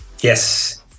Yes